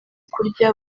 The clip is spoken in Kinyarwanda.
kurya